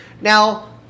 Now